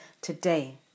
today